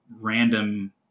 random